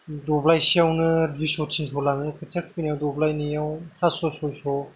दब्लायसेयावनो दुइस' थिनस' लाङो खोथिया खुबैनायाव दब्लायनैयाव फास' सयस'